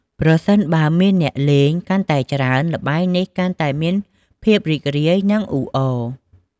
ប្រសិនបើមានអ្នកលេងកាន់តែច្រើន ល្បែងនេះកាន់តែមានភាពរីករាយ និងអ៊ូអរ។